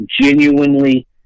genuinely